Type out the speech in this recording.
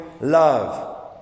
love